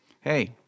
Hey